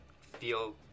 feel